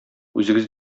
үзегез